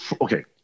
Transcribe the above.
okay